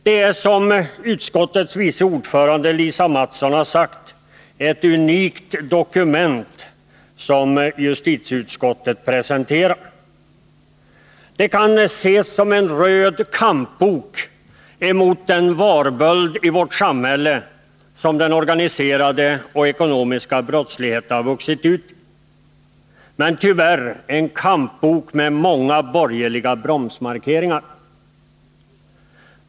Det är, som utskottets vice ordförande Lisa Mattson har sagt, ett unikt dokument justitieutskottet presenterar. Det kan ses som en röd kampbok mot den varböld i vårt samhälle som den organiserade och den ekonomiska brottsligheten vuxit ut till. Men tyvärr är det en kampbok med många borgerliga bromsmarkeringar.